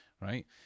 right